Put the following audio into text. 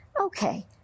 okay